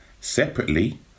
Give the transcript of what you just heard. separately